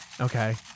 Okay